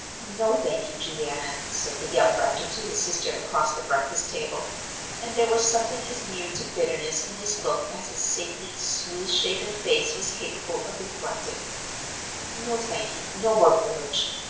no, thank you, juliana, said the young rector to his sister across the breakfast table and there was something as near to bitterness in his look as his saintly, smooth-shaven face was capable of reflecting no, thank you, no more porridge.